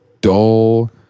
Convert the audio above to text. dull